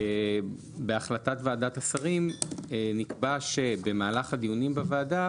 בהחלטת ועדת השרים נקבע שבמהלך הדיונים בוועדה,